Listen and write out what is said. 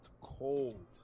cold